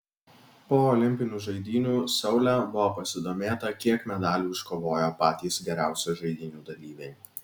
po olimpinių žaidynių seule buvo pasidomėta kiek medalių iškovojo patys geriausi žaidynių dalyviai